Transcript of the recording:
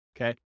okay